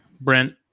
Brent